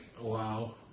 Wow